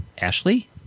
Ashley